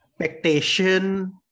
expectation